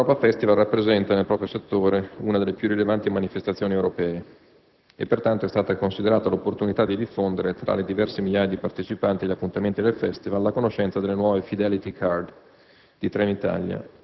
Il «Romaeuropa Festival» rappresenta, nel proprio settore, una delle più rilevanti manifestazioni europee e pertanto è stata considerata l'opportunità di diffondere tra le diverse migliaia di partecipanti agli appuntamenti del Festival la conoscenza delle nuove *fidelity card*